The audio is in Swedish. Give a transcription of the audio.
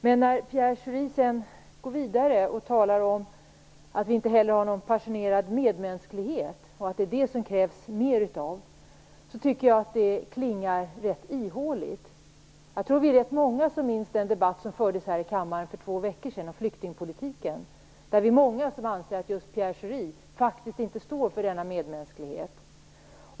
Men när Pierre Schori sedan går vidare och säger att vi inte har någon passionerad medmänsklighet och att det är det som det krävs mer av, tycker jag att det klingar rätt ihåligt. En hel del av oss minns nog den debatt som fördes här i kammaren för två veckor sedan om flyktingpolitik, där vi var många som ansåg att det är Pierre Schori som faktiskt inte står för denna medmänsklighet.